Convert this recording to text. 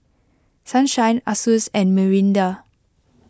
Sunshine Asus and Mirinda